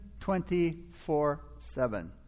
24-7